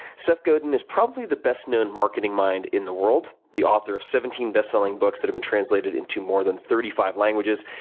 seth godin is probably the best known marketing mind in the world, the author of seventeen best selling books that have been translated into more than thirty five languages.